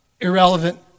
irrelevant